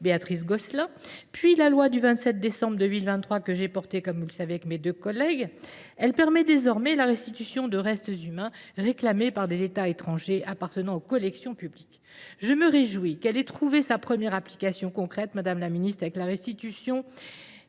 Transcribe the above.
Béatrice Gosselin. Puis la loi du 27 décembre 2023 que j'ai portée comme vous le savez avec mes deux collègues. Elle permet désormais la restitution de restes humains réclamés par des états étrangers appartenant aux collections publiques. Je me réjouis qu'elle ait trouvé sa première application concrète, Madame la Ministre, avec la restitution